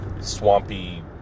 swampy